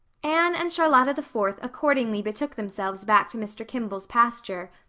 anne and charlotta the fourth accordingly betook themselves back to mr. kimball's pasture,